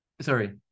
Sorry